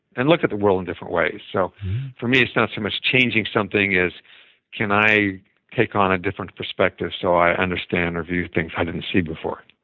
and look at the world in different ways. so for me, it's not so much changing something as can i take on a different perspective so i understand or view things i didn't see before.